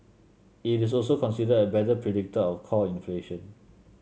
it is also considered a better predictor of core inflation